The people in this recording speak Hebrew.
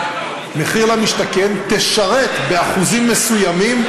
מחיר למשתכן, תשרת, באחוזים מסוימים,